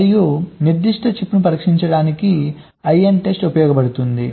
మరియు నిర్దిష్ట చిప్ను పరీక్షించడానికి INTEST ఉపయోగించబడుతుంది